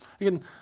Again